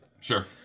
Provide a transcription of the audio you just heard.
Sure